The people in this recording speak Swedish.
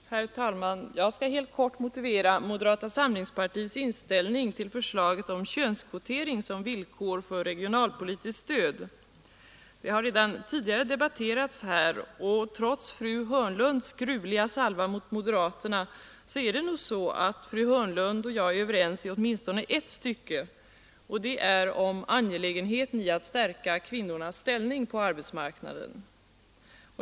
Herr talman! Jag skall helt kort motivera moderata samlingspartiets inställning till förslaget om könskvotering som villkor för regionalpolitiskt stöd. Det har debatterats redan tidigare i dag. Trots fru Hörnlunds gruvliga salva mot moderaterna är det nog så att fru Hörnlund och jag är överens i åtminstone ett stycke, nämligen om det angelägna i att stärka kvinnornas ställning på arbetsmarknaden.